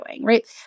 Right